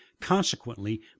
CONSEQUENTLY